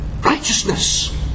righteousness